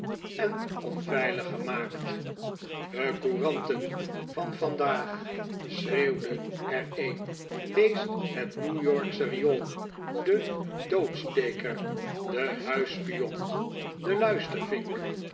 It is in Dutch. en onveilig gemaakt de couranten van vandaag schreeuwde er een leest het new yorksche riool de doodsteker de huisspion de luistervink